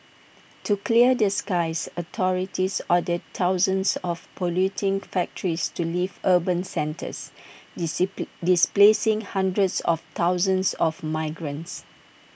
to clear the skies authorities ordered thousands of polluting factories to leave urban centres displacing hundreds of thousands of migrants